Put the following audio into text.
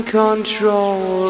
control